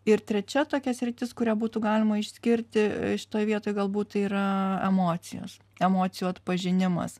ir trečia tokia sritis kurią būtų galima išskirti šitoj vietoj galbūt tai yra emocijos emocijų atpažinimas